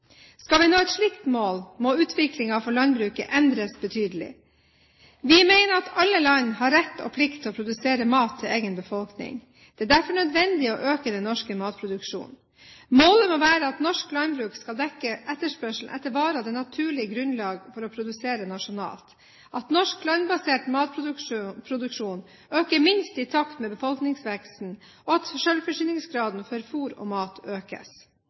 Skal vi nå et slikt mål, må utviklingen for landbruket endres betydelig. Vi mener at alle land har rett og plikt til å produsere mat til egen befolkning. Det er derfor nødvendig å øke den norske matproduksjonen. Målet må være at norsk landbruk skal dekke etterspørselen etter varer det er naturlig grunnlag for å produsere nasjonalt, at norsk landbasert matproduksjon øker minst i takt med befolkningsveksten, og at selvforsyningsgraden for fôr og mat økes.